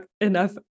enough